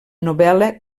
novel·la